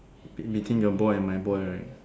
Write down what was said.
between your boy and my boy right